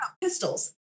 pistols